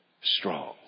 strong